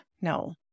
no